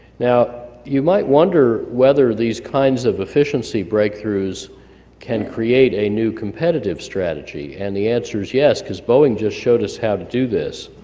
now you might wonder whether these kinds of efficiency breakthroughs can create a new competitive strategy and the answer is yes because boeing just showed us how to do this.